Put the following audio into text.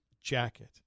jacket